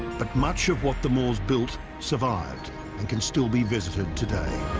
but much of what the moors built survived and can still be visited today